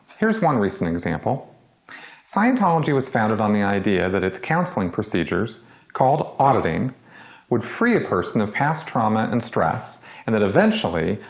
here's one recent example scientology was founded on the idea that its counselling procedures called auditing would free a person from past trauma and stress and that eventually,